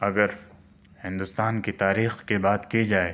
اگر ہندوستان کی تاریخ کی بات کی جائے